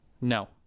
no